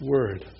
Word